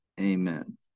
Amen